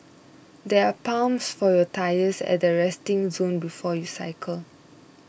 there are pumps for your tyres at the resting zone before you cycle